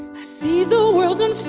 see the world on